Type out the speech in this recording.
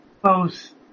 close